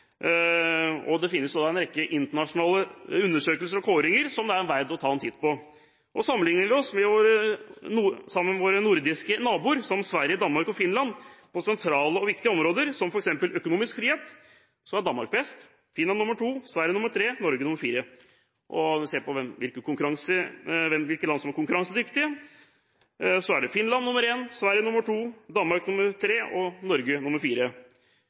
Det finnes en rekke internasjonale undersøkelser og kåringer som det er verdt å ta en titt på. Sammenligner vi oss med våre nordiske naboer, Sverige, Danmark og Finland, på sentrale og viktige områder, ser vi dette: Når det gjelder økonomisk frihet, er Danmark best, Finland nr. 2, Sverige nr. 3 og Norge nr. 4. Ser vi på hvilke land som er konkurransedyktige, er Finland nr. 1, Sverige nr. 2, Danmark nr. 3 og Norge